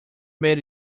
made